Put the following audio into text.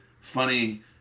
funny